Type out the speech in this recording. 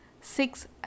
Six